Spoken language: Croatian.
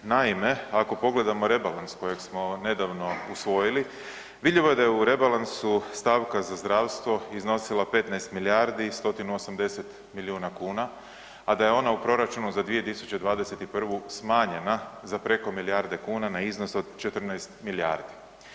Naime, ako pogledamo rebalans kojeg smo nedavno usvojili vidljivo je da je u rebalansu stavka za zdravstvo iznosila 15 milijardi i 180 milijuna kuna, a da je ona u proračunu za 2021. smanjena za preko milijarde kuna na iznos od 14 milijardi.